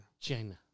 China